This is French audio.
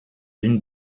une